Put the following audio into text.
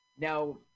Now